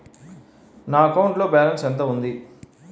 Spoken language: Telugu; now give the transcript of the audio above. నా అకౌంట్ లో బాలన్స్ ఎంత ఉంది?